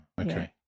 okay